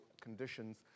conditions